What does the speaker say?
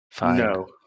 No